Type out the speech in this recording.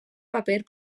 paper